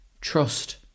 Trust